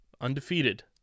undefeated